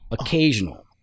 occasional